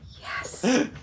Yes